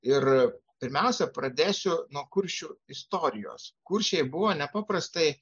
ir pirmiausia pradėsiu nuo kuršių istorijos kuršiai buvo nepaprastai